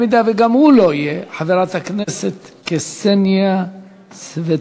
אם גם הוא לא יהיה, חברת הכנסת קסניה סבטלובה.